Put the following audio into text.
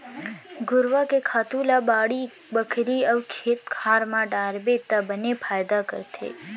घुरूवा के खातू ल बाड़ी बखरी अउ खेत खार म डारबे त बने फायदा करथे